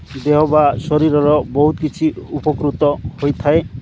ଦେହ ବା ଶରୀରର ବହୁତ କିଛି ଉପକୃତ ହୋଇଥାଏ